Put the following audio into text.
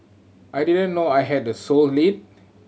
I didn't know I had the sole lead